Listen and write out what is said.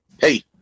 hey